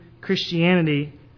Christianity